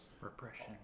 repression